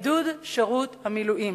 עידוד שירות המילואים.